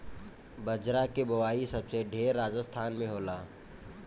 बजरा के बोआई सबसे ढेर राजस्थान में होला